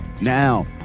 now